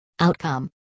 outcome